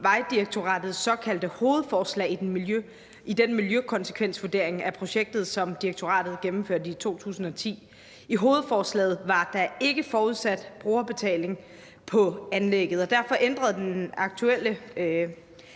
Vejdirektoratets såkaldte hovedforslag i den miljøkonsekvensvurdering af projektet, som direktoratet gennemførte i 2010. I hovedforslaget var der ikke forudsat brugerbetaling på anlægget, og derfor ændrede den aktuelle